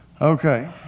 Okay